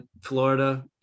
Florida